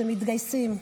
שמתגייסים,